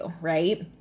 right